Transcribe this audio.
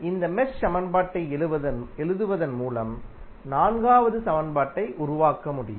இந்த மெஷ் சமன்பாட்டை எழுதுவதன் மூலம் நான்காவது சமன்பாட்டை உருவாக்க முடியும்